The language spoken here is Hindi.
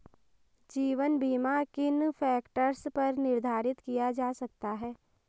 जीवन बीमा किन फ़ैक्टर्स पर निर्धारित किया जा सकता है?